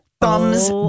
Thumbs